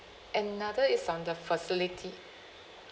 another is on the facility